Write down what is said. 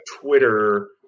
Twitter